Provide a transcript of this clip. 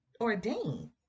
ordain